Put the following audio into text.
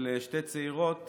של שתי צעירות